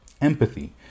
empathy